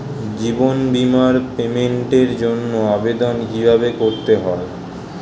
জীবন বীমার পেমেন্টের জন্য আবেদন কিভাবে করতে হয়?